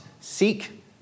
seek